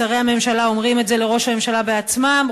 שרי הממשלה אומרים את זה לראש הממשלה בעצמם,